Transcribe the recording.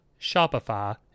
Shopify